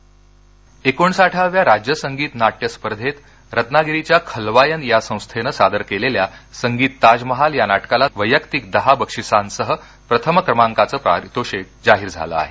नाट्य स्पर्धा रत्नागिरी एकोणसाठाव्या राज्य संगीत नाट्य स्पर्धेत रत्नागिरीच्या खल्वायन या संस्थेनं सादर केलेल्या संगीत ताजमहाल या नाटकाला वैयक्तिक दहा बक्षिसांसह प्रथम क्रमांकाचं पारितोषिक जाहीर झालं आहे